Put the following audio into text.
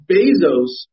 Bezos